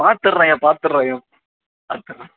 பார்த்துறேன்ய்யா பார்த்துறேன்ய்யா பார்த்துறேன்